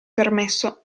permesso